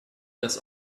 das